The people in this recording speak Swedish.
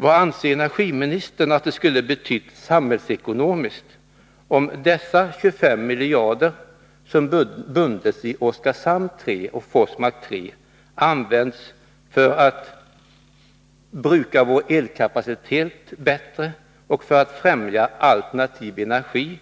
Vad anser energiministern att det skulle ha betytt samhällsekonomiskt om de 25 miljarder som bundits i Oskarshamn 3 och Forsmark 3 använts för att ”bruka vår elkapacitet bättre” och för att främja alternativ energi,